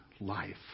life